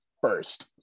first